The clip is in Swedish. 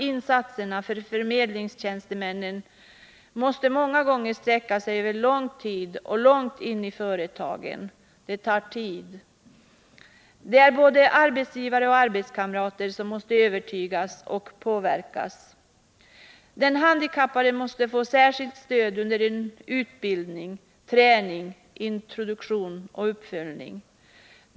Insatserna från förmedlingstjänstemännen måste många gånger sträcka sig över lång tid och långt ut i företagen. Det tar tid. Både arbetsgivare och arbetskamrater måste övertygas och påverkas. Den handikappade måste få särskilt stöd under utbildning, prövning, träning, introduktion och uppföljning.